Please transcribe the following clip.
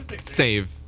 save